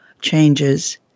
changes